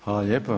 Hvala lijepa.